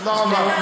תודה רבה.